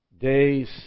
days